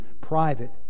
private